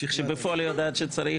כשבפועל היא יודעת שצריך,